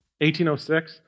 1806